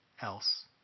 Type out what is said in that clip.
else